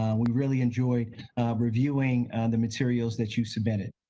we really enjoy reviewing the materials that you submitted.